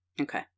Okay